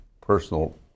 personal